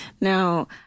Now